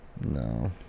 No